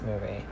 movie